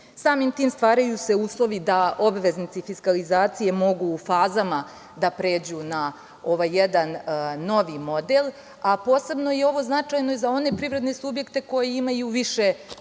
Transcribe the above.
Samim tim, stvaraju se uslovi da obveznici fiskalizacije mogu u fazama da pređu na ovaj jedan novi model, a posebno je ovo značajno i za one privredne subjekte koji imaju više